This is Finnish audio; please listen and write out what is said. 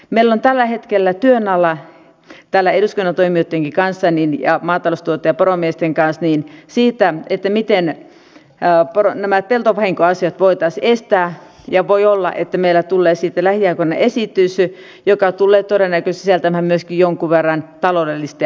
meillä on tällä hetkellä työn alla täällä eduskunnan toimijoittenkin kanssa ja maataloustuottajien ja poromiesten kanssa se miten nämä peltovahinkoasiat voitaisiin estää ja voi olla että meillä tulee siitä lähiaikoina esitys joka tulee todennäköisesti sisältämään myöskin jonkun verran taloudellisia asioita